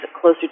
closer